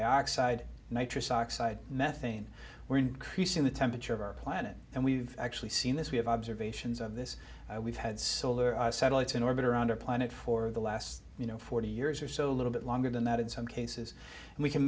dioxide nitric oxide methane we're increasing the temperature of our planet and we've actually seen this we have observations of this we've had solar satellites in orbit around our planet for the last you know forty years or so a little bit longer than that in some cases and we can